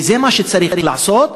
וזה מה שצריך לעשות,